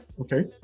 Okay